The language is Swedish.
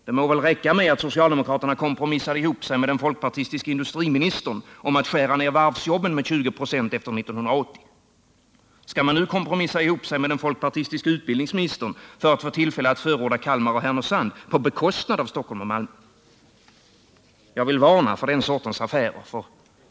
Det må väl räcka med att socialdemokraterna kompromissar ihop sig med den folkpartistiske industriministern om att skära ned varvsjobben med 2029, efter 1980. Skall man nu kompromissa ihop sig med den folkpartistiske utbildningsministern för att få tillfälle att förorda Kalmar och Härnösand på bekostnad av Stockholm och Malmö? Jag vill varna för den sortens affärer.